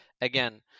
again